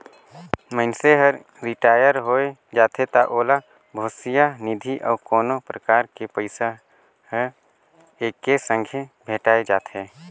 मइनसे हर रिटायर होय जाथे त ओला भविस्य निधि अउ कोनो परकार के पइसा हर एके संघे भेंठाय जाथे